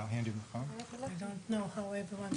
בוקר טוב לכולם,